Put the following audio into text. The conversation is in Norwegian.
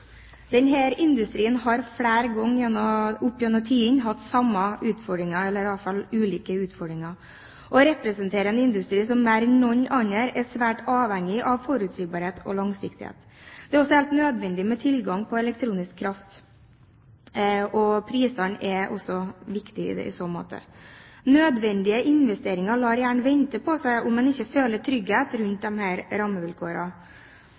industrien har flere ganger opp gjennom tidene hatt ulike utfordringer, og representerer en industri som mer enn noen er svært avhengig av forutsigbarhet og langsiktighet. Det er også helt nødvendig med tilgang på elektrisk kraft – og prisen er i så måte også viktig. Nødvendige investeringer lar gjerne vente på seg om en ikke føler trygghet rundt